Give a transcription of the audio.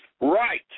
right